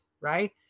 right